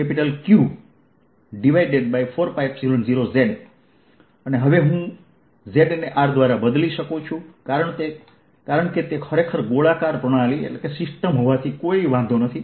આ જવાબ છે જો z R VzσR20zzR zR2σR220z4πR24π0zQ4π0z હવે હું z ને r દ્વારા બદલી શકું છું કારણ કે તે ખરેખર ગોળાકાર પ્રણાલી હોવાથી કોઈ વાંધો નથી